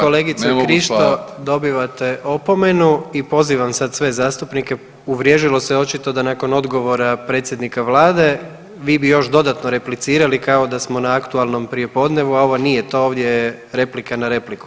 Kolegice Krišto dobivate opomenu i pozivam sad sve zastupnike uvriježilo se očito da nakon odgovora predsjednika vlade vi bi još dodatno replicirali kao da smo na aktualnom prijepodnevu, a ovo nije to, ovdje je replika na repliku.